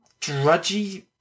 Drudgy